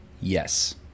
Yes